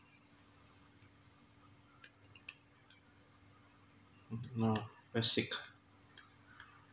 mm uh basic